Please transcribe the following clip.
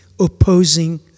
opposing